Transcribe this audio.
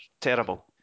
terrible